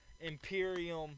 Imperium